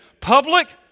public